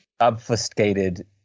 obfuscated